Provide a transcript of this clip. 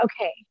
okay